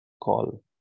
call